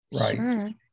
Right